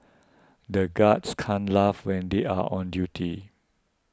the guards can't laugh when they are on duty